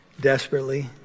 Desperately